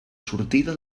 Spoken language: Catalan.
sortida